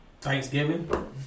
Thanksgiving